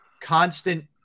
constant